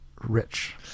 rich